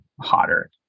hotter